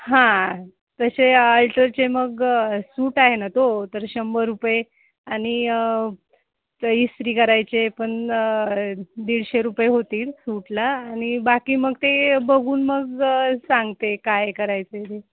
हां तसे अल्टरचे मग सूट आहे ना तो तर शंभर रुपये आणि इस्त्री करायचे पण दीडशे रुपये होतील सूटला आणि बाकी मग ते बघून मग सांगते काय करायचे आहे ते